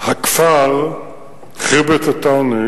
הכפר חרבת-א-תוואנה